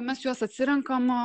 mes juos atsirenkam